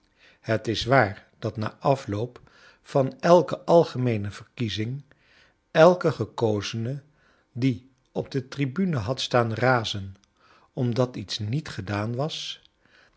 het is waar dat na afloop van elke algemeene verkiezing elke gekozene die op de tribune had staan razen omdat iets niet gedaan was